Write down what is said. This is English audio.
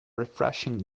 refreshing